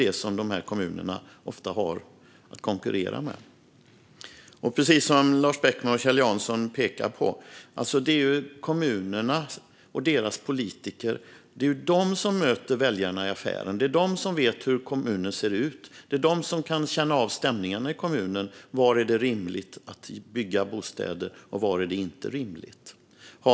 Precis som Lars Beckman och Kjell Jansson pekar på är det kommunernas politiker som möter väljarna i affären och som vet hur kommunen ser ut och kan känna av stämningarna i kommunen när det gäller var det är och inte är rimligt att bygga bostäder.